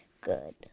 good